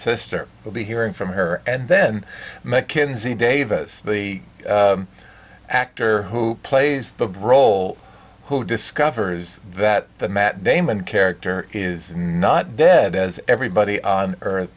sister will be hearing from her and then mackenzie davis the actor who plays the role who discovers that the matt damon character is not dead as everybody on earth